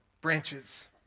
branches